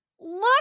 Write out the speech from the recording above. look